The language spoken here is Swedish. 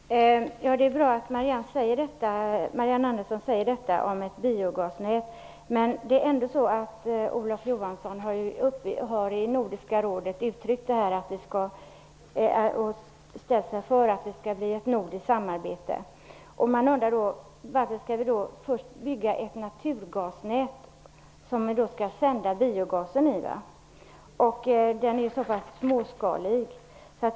Fru talman! Det är bra att Marianne Andersson säger detta om ett biogasnät. Men Olof Johansson har ju i Nordiska rådet uttryckt sig positivt för ett nordiskt samarbete. Då undrar man varför vi först skall bygga ett naturgasnät som vi sedan skall sända biogasen i. Den är ju så pass småskalig.